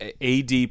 AD